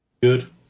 Good